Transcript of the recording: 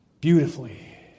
beautifully